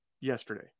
yesterday